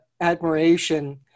admiration